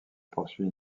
poursuit